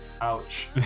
Ouch